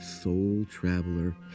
soul-traveler